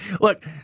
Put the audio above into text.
Look